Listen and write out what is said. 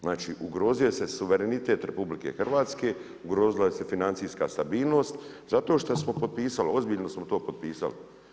Znači, ugrozio se suverenitet RH, ugrozila se financijska stabilnost zato šta smo potpisali, ozbiljno smo to potpisali.